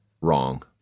wrong